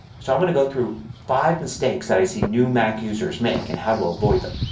so i want to go through five mistakes that i see new mac users make and how to avoid them.